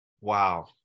Wow